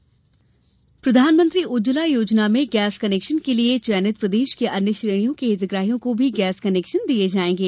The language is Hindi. उज्जवला योजना प्रधानमंत्री उज्जवला योजना में गैस कनेक्शन के लिये चयनित प्रदेश के अन्य श्रेणियों के हितग्राहियों को भी गैस कनेक्शन दिये जायेंगे